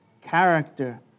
character